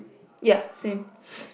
ya same